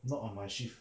not on my shift